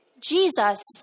Jesus